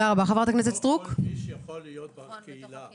לא כל איש יכול לחיות בקהילה.